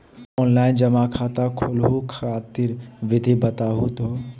Online जमा खाता खोलहु खातिर विधि बताहु हो?